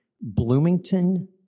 Bloomington